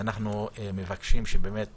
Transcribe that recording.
אנחנו מבקשים שבאמת